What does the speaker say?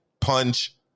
punch